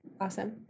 Awesome